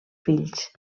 fills